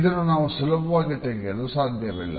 ಅದನ್ನು ಸುಲಭವಾಗಿ ತೆಗೆಯಲು ಸಾಧ್ಯವಿಲ್ಲ